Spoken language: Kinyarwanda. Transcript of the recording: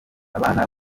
abana